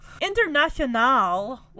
international